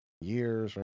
years